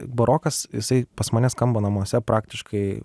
barokas jisai pas mane skamba namuose praktiškai